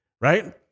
right